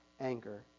anger